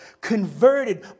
converted